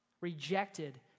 rejected